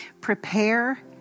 prepare